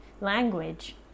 language